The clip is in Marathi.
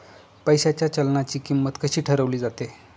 पैशाच्या चलनाची किंमत कशी ठरवली जाते